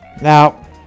now